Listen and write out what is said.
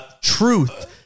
truth